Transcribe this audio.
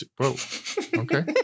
Okay